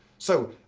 so,